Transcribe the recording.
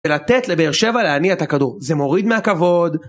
ולתת לבאר שבע להניע את הכדור, זה מוריד מהכבוד.